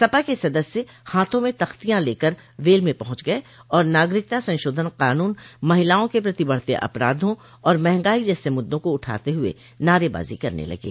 सपा के सदस्य हाथों में तख्तियां लेकर वेल में पहुंच गये और नागरिकता संशोधन कानून महिलाओं के प्रति बढ़ते अपराधों और महंगाई जैसे मुद्दों को उठाते हुए नारेबाजी करने लगे